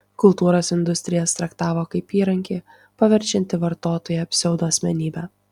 kultūros industrijas traktavo kaip įrankį paverčiantį vartotoją pseudoasmenybe